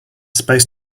space